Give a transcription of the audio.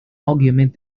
augment